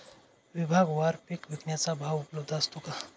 विभागवार पीक विकण्याचा भाव उपलब्ध असतो का?